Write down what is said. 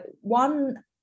one